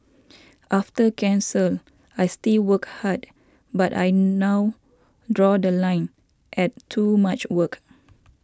after cancer I still work hard but I now draw The Line at too much work